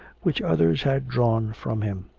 which others had drawn from him?